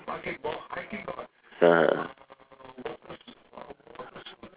(uh huh)